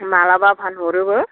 मालाबा फानहरोबो